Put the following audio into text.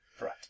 Right